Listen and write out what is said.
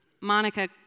Monica